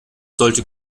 sollte